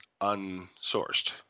unsourced